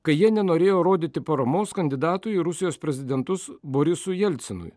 kai jie nenorėjo rodyti paramos kandidatui į rusijos prezidentus borisui jelcinui